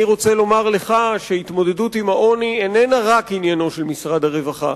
אני רוצה לומר לך שהתמודדות עם העוני איננה רק עניינו של משרד הרווחה.